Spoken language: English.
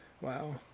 wow